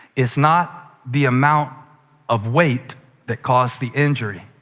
it's not the amount of weight that caused the injury.